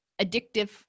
addictive